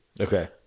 Okay